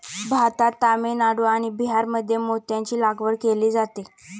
भारतात तामिळनाडू आणि बिहारमध्ये मोत्यांची लागवड केली जाते